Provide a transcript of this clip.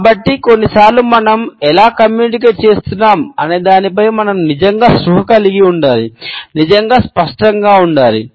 కాబట్టి కొన్నిసార్లు మనం ఎలా కమ్యూనికేట్ చేస్తున్నాం అనే దానిపై మనం నిజంగా స్పృహ కలిగి ఉండాలి నిజంగా స్పష్టంగా ఉండాలి